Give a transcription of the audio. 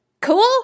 Cool